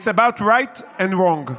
It’s about right and wrong.